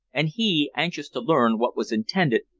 and he, anxious to learn what was intended,